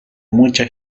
mucha